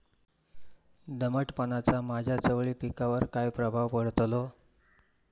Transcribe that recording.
दमटपणाचा माझ्या चवळी पिकावर काय प्रभाव पडतलो?